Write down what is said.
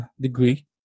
degree